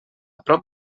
prop